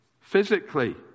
physically